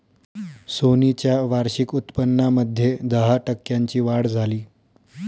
Sony च्या वार्षिक उत्पन्नामध्ये दहा टक्क्यांची वाढ झाली